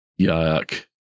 yuck